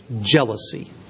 jealousy